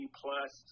plus